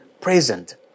present